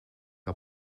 que